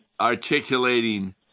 articulating